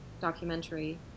documentary